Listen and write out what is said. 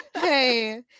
hey